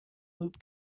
loop